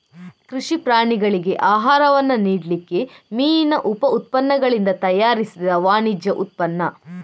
ಕೃಷಿ ಪ್ರಾಣಿಗಳಿಗೆ ಆಹಾರವನ್ನ ನೀಡ್ಲಿಕ್ಕೆ ಮೀನಿನ ಉಪ ಉತ್ಪನ್ನಗಳಿಂದ ತಯಾರಿಸಿದ ವಾಣಿಜ್ಯ ಉತ್ಪನ್ನ